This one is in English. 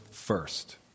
First